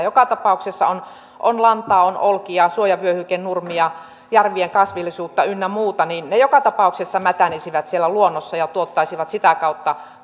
joka tapauksessa on on lantaa on olkia suojavyöhykenurmia järvien kasvillisuutta ynnä muuta niin ne joka tapauksessa mätänisivät siellä luonnossa ja tuottaisivat sitä kautta